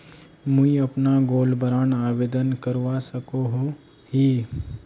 मुई अपना gold bond आवेदन करवा सकोहो ही?